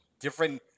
different